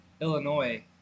Illinois